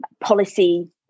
policy